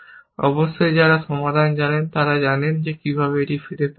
অবশ্যই যারা সমাধান জানেন তারা জানেন কীভাবে এটি ফিরে পেতে হয়